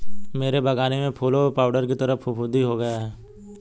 मेरे बगानी में फूलों पर पाउडर की तरह फुफुदी हो गया हैं